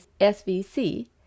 SVC